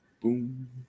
boom